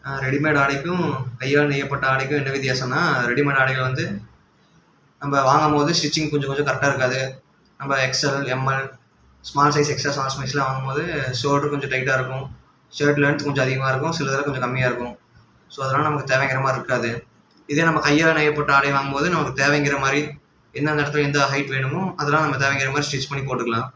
readymade ஆடைக்கும் கையால் நெய்யப்பட்ட ஆடைக்கும் என்ன வித்தியாசம்னா ரெடிமேட் ஆடைகள் வந்து நம்ம வாங்கும்போது ஸ்டிச்சிங் கொஞ்சம் கொஞ்சம் கரெக்டாக இருக்காது நம்ம XL M small size XL small சைஸ்ஸெலாம் வாங்கும்போது சோல்டர் கொஞ்சம் டைட்டாக இருக்கும் சிலது லெந்த் கொஞ்சம் அதிகமாக இருக்கும் சிலதில் கொஞ்சம் கம்மியாக இருக்கும் ஸோ அதனால் நமக்கு தேவைங்கிற மாதிரி இருக்காது இதுவே நம்ம கையால் நெய்யப்பட்ட ஆடை வாங்கும்போது நமக்கு தேவைங்கிற மாதிரி எந்தெந்த இடத்துல எந்த ஹைட் வேணுமோ அதெலாம் நம்ம தேவைங்கிற மாதிரி ஸ்டிச் பண்ணி போட்டுக்கலாம்